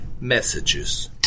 messages